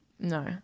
No